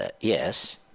yes